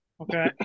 Okay